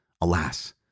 Alas